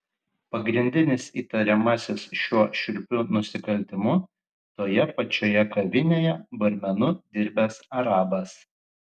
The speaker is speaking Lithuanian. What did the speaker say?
pagrindinis įtariamasis šiuo šiurpiu nusikaltimu toje pačioje kavinėje barmenu dirbęs arabas